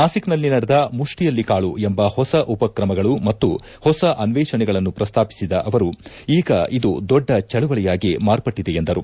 ನಾಸಿಕ್ನಲ್ಲಿ ನಡೆದ ಮುಷ್ಪಿಯಲ್ಲಿ ಕಾಳು ಎಂಬ ಹೊಸ ಉಪಕ್ರಮಗಳು ಮತ್ತು ಹೊಸ ಅನ್ವೇಷಣೆಗಳನ್ನು ಪ್ರಸ್ತಾಪಿಸಿದ ಅವರು ಈಗ ಇದು ದೊದ್ದ ಚಳವಳಿಯಾಗಿ ಮಾರ್ಪಟ್ಲಿದೆ ಎಂದರು